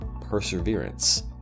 perseverance